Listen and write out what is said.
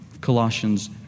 Colossians